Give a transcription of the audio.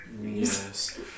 Yes